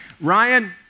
Ryan